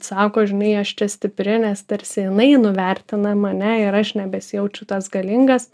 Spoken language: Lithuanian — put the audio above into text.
sako žinai aš čia stipri nes tarsi jinai nuvertina mane ir aš nebesijaučiu toks galingas